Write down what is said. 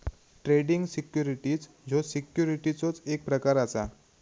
trading securities ह्यो सिक्युरिटीजचो एक प्रकार असा